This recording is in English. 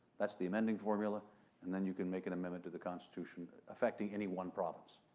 that's the amending formula and then you can make an amendment to the constitution, affecting any one province.